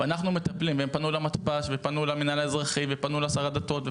הם פנו למתפ"ש ולמינהל האזרחי ולשר הדתות,